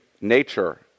nature